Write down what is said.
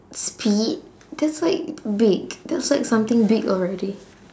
speed that's like big that's like something big already